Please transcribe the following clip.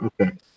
Okay